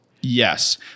Yes